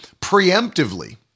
Preemptively